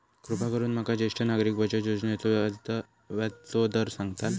कृपा करून माका ज्येष्ठ नागरिक बचत योजनेचो व्याजचो दर सांगताल